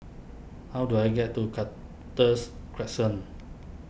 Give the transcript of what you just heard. how do I get to Cactus Crescent